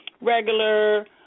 regular